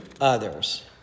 others